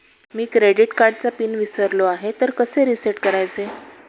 मी credit कार्डचा PIN विसरलो आहे तर कसे रीसेट करायचे?